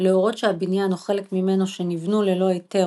להורות שהבניין או חלק ממנו שנבנו ללא היתר